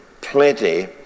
plenty